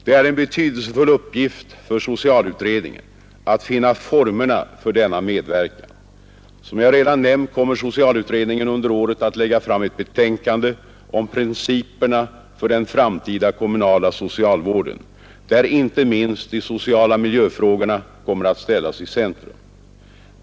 Det är en betydelsefull uppgift för socialutredningen att finna formerna för denna medverkan. Som jag redan nämnt kommer socialutredningen under året att lägga fram ett betänkande om principerna för den framtida kommunala socialvården, där inte minst de sociala miljöfrågorna kommer att ställas i centrum.